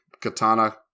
katana